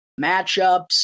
matchups